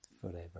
forever